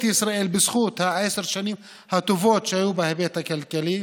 ישראל בזכות עשר השנים הטובות שהיו בהיבט הכלכלי